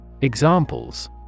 Examples